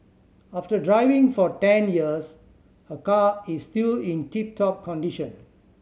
after driving for ten years her car is still in tip top condition